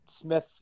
Smith